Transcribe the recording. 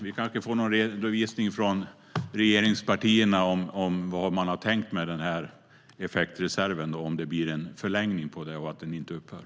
Vi kanske får en redovisning från regeringspartierna om vad man har tänkt med den här effektreserven, om det blir en förlängning och den alltså inte upphör.